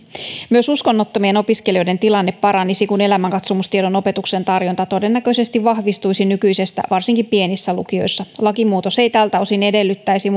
myös uskonnottomien opiskelijoiden tilanne paranisi kun elämänkatsomustiedon opetuksen tarjonta todennäköisesti vahvistuisi nykyisestä varsinkin pienissä lukioissa lakimuutos ei tältä osin edellyttäisi